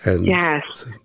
Yes